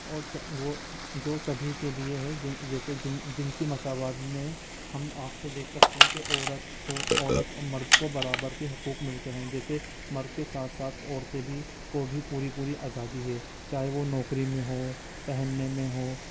اور وہ جو سبھی کے لیے ہے جیسے جنسی مساوات میں ہم آپ کو دیکھ سکتے ہیں کی عورت ہو عورت مرد کو برابر کے حقوق ملتے ہیں جیسے مرد کے ساتھ ساتھ عورتیں بھی کو بھی پوری پوری آزادی ہے چاہے وہ نوکری میں ہوں پہننے میں ہوں